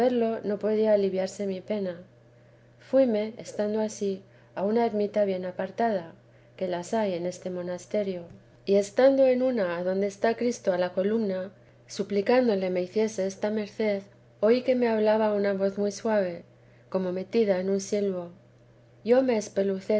no podía aliviarse mi pena fuíme estando ansí a una ermita bien apartada que las hay en este monasterio y estando en una adonde está cristo a la coluna suplicándole me hiciese esta merced oí que me hablaba una voz muy suave como metida en un silbo yo me espeluzé